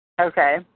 Okay